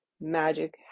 magic